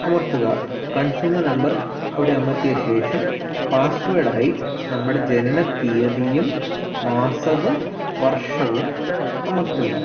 അമർത്തുക consumer number അവിടെ അമർത്തിയ ശേഷം പാസ്സ്വേർഡ് ആയി നമ്മുടെ ജനന തിയ്യതിയും മാസവും വർഷവും അമർത്തുക